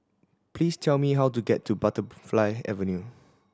please tell me how to get to Butterfly Avenue